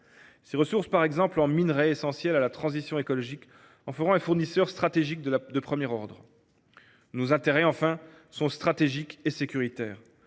Ses ressources, en minerais essentiels à la transition écologique, par exemple, en feront un fournisseur stratégique de premier ordre. Nos intérêts, enfin, sont stratégiques et sécuritaires.